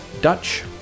dutch